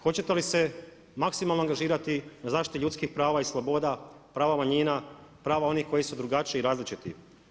Hoćete li se maksimalno angažirati na zaštiti ljudskih prava i sloboda, prava manjina, prava onih koji su drugačiji i različiti?